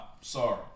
Sorry